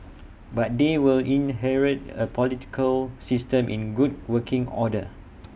but they will inherit A political system in good working order